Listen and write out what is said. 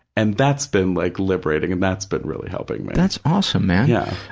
and that's been like liberating and that's been really helping me. that's awesome, man. yeah.